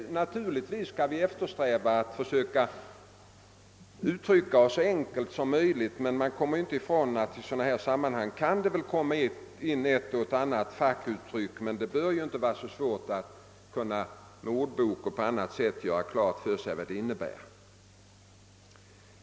Naturligtvis bör vi eftersträva att uttrycka oss så enkelt som möjligt, men man kommer inte ifrån att det i sådana här sammanhang kan komma in ett och annat fackuttryck, som det väl emellertid inte bör vara så svårt att med hjälp av ordbok eller på annat sätt klara ut betydelsen av.